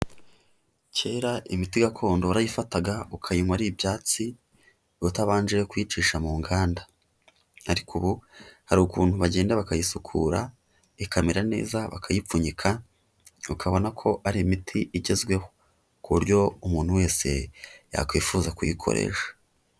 Kera imiti gakondo warayifataga ukayinywa ari ibyatsi, utabanje kuyicisha mu nganda ariko ubu hari ukuntu bagenda bakayisukura ikamera neza, bakayipfunyika ukabona ko ari imiti igezweho ku buryo umuntu wese yakwifuza kuyikoresha.